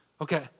Okay